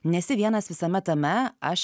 nesi vienas visame tame aš